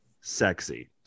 sexy